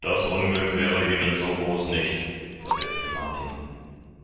das unglück wäre eben so groß nicht versetzte martin